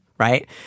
right